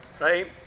right